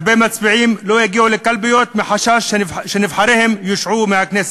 הרבה מצביעים לא יגיעו לקלפיות מחשש שנבחריהם יושעו מהכנסת,